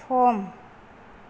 सम